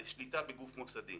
לשליטה בגוף מוסדי,